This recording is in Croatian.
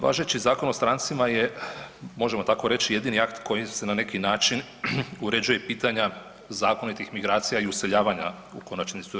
Važeći Zakon o strancima je možemo tako reći jedini akt kojim se na neki način uređuju pitanja zakonitih migracija i useljavanja u konačnici u RH.